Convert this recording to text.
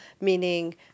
meaning